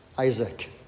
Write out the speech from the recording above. Isaac